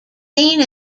seen